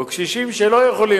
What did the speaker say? או קשישים שלא יכולים,